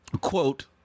quote